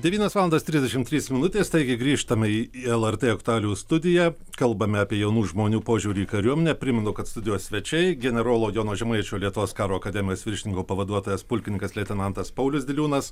devynios valandos trisdešim trys minutės taigi grįžtam į lrt aktualijų studiją kalbame apie jaunų žmonių požiūrį į kariuomenę primenu kad studijos svečiai generolo jono žemaičio lietuvos karo akademijos viršininko pavaduotojas pulkininkas leitenantas paulius diliūnas